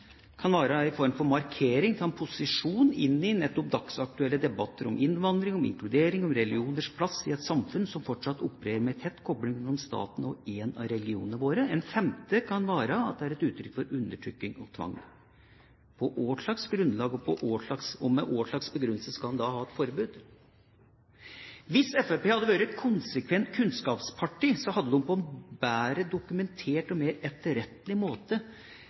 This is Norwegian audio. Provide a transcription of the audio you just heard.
kan være en form for markering av en posisjon i nettopp dagsaktuelle debatter om innvandring, om inkludering, om religioners plass i et samfunn som fortsatt opererer med en tett kopling mellom staten og én av religionene våre, og en femte kan være at det er et uttrykk for undertrykking og tvang. På hvilket grunnlag og med hvilken begrunnelse skal en da ha et forbud? Hvis Fremskrittspartiet hadde vært et konsekvent kunnskapsparti, hadde de på en bedre dokumentert og mer etterrettelig måte